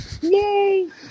Yay